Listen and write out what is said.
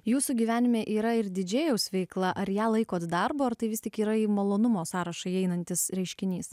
jūsų gyvenime yra ir didžėjaus veikla ar ją laikote darbu ar tai vis tik yra į malonumo sąrašą įeinantis reiškinys